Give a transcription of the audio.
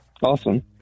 Awesome